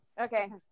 okay